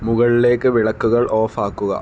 മുകളിലേക്ക് വിളക്കുകൾ ഓഫ് ആക്കുക